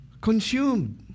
consumed